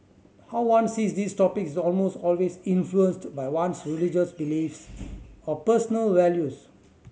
how one sees these topics is almost always influenced by one's religious beliefs or personal values